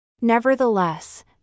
Nevertheless